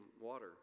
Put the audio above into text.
water